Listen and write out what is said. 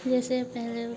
जैसे पहले